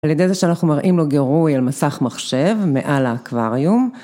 על ידי זה שאנחנו מראים לו גירוי על מסך מחשב מעל האקווריום.